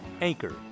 Anchor